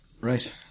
Right